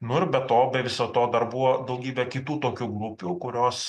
nu ir be to be viso to dar buvo daugybė kitų tokių grupių kurios